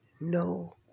no